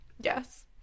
Yes